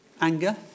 Anger